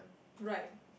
right